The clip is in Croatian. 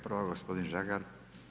Prvo gospodin Žagar.